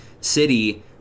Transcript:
city